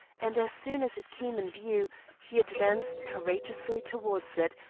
and as soon as it came in view he advanced courageously towards it,